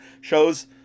shows